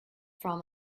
from